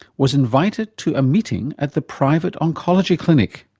was invited to a meeting at the private oncology clinic.